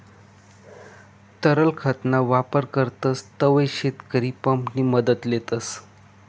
तरल खत ना वापर करतस तव्हय शेतकरी पंप नि मदत लेतस